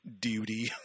duty